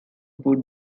put